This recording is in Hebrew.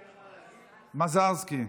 מַזַרְסְקִי.